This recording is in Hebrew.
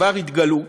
שכבר התגלו,